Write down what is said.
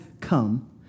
come